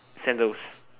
sandals